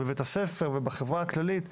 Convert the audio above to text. בבית הספר ובחברה הכללית.